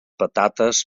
patates